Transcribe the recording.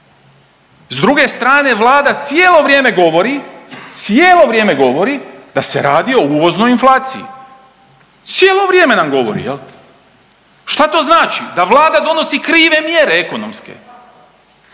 S druge strane, Vlada cijelo vrijeme govori, cijelo vrijeme govori o uvoznoj inflaciji. Cijelo vrijeme nam govori, je li? Šta to znači? Da Vlada donosi krive mjere ekonomske?